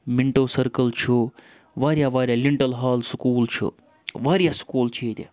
مِنٹو circle چھُ واریاہ واریاہ لِنٹَل ہال سکوٗل چھُ واریاہ سکوٗل چھُ ییٚتہِ